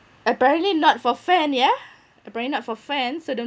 apparently not for fan yeah apparently not for fan so don't